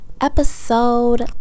episode